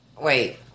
Wait